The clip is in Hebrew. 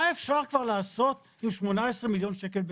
מה אפשר כבר לעשות עם 18 מיליון שקל בשנה?